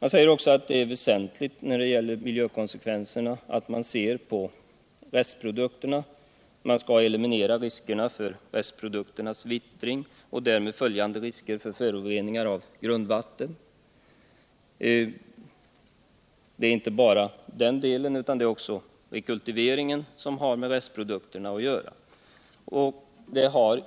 Han säger också att det är väsentligt när det gäller miljökonsekvenserna att man undersöker restprodukterna för att ta reda på hur man skall kunna eliminera riskerna för restprodukternas vittring och därmed följande risker för föroreningar av grundvattnet. Men det är inte bara i fråga om den delen som forskning skall bedrivas i detta sammanhang utan också beträffande rekultiveringen av restprodukterna.